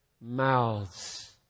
mouths